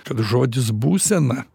kad žodis būsena